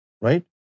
Right